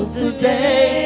today